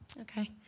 Okay